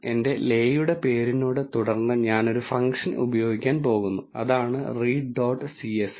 എന്റെ ലെയുടെ പേരിനോട് തുടർന്ന് ഞാനൊരു ഫങ്ക്ഷൻ ഉപയോഗിക്കാൻ പോകുന്നു അതാണ് read dot csv